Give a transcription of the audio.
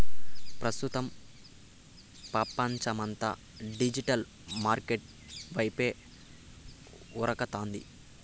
ప్రస్తుతం పపంచమంతా digital market వైపే ఉరకతాంది